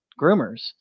groomers